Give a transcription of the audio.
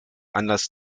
anders